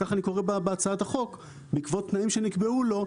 כך אני קורא בהצעת החוק בעקבות תנאים שנקבעו לו,